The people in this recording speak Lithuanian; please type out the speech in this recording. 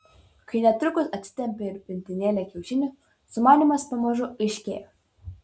kai netrukus atsitempė ir pintinėlę kiaušinių sumanymas pamažu aiškėjo